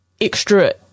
extra